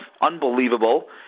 Unbelievable